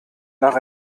nach